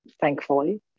thankfully